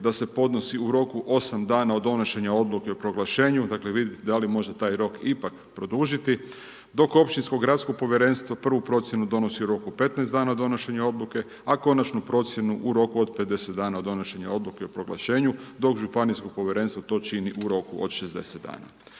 da se podnosi u roku 8 dana od donošenje odluke o proglašenju. Dakle, vidite da li može taj rok ipak produžiti dok općinsko gradsko povjerenstvo, prvu procjenu donosi u roku 15 dana od donošenje odluke, a konačnu procjenu u roku od 50 dana od donošenje odluke o proglašenju dok županijsko povjerenstvo to čini u roku od 60 dana.